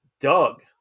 Doug